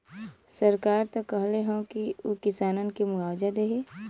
सरकार त कहले हौ की उ किसानन के मुआवजा देही